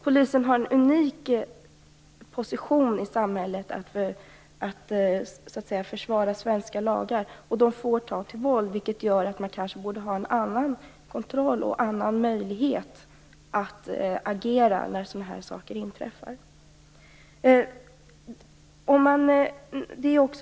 Polisen har en unik position i samhället, att försvara svenska lagar, och de får ta till våld, vilket gör att man kanske borde ha en annan kontroll och en annan möjlighet att agera när sådana här saker inträffar.